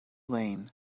lane